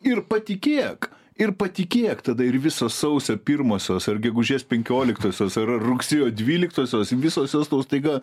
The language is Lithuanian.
ir patikėk ir patikėk tada ir visos sausio pirmosios ar gegužės penkioliktosios ar rugsėjo dvyliktosios visos jos tau staiga